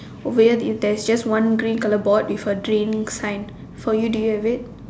will is there is just one green colour board with a drink sign for you do you have it